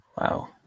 Wow